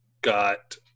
got